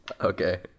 okay